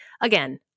again